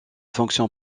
fonction